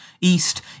east